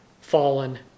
fallen